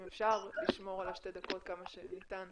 אם אפשר לשמור על שתי הדקות כמה שניתן.